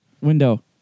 window